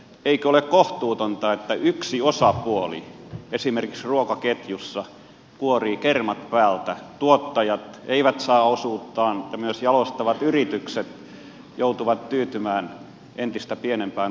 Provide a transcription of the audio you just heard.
eikö ole kohtuutonta että yksi osapuoli esimerkiksi ruokaketjussa kuorii kermat päältä tuottajat eivät saa osuuttaan ja myös jalostavat yritykset joutuvat tyytymään entistä pienempään osaan